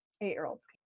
eight-year-olds